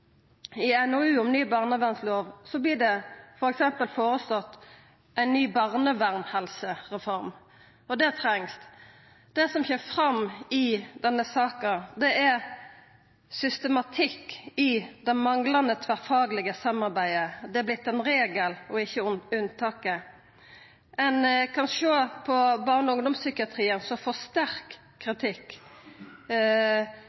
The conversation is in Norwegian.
I NOU-en om ny barnevernlov vert det f.eks. føreslått ei ny barnevernhelsereform, og det trengst. Det som kjem fram i denne saka, er systematikk i det manglande tverrfaglege samarbeidet. Det har vorte ein regel og ikkje unntaket. Ein kan sjå på barne- og ungdomspsykiatrien, som får sterk